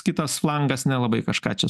kitas langas nelabai kažką čia